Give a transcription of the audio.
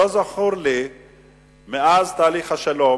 שלא זכור לי מאז תהליך השלום,